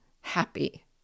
happy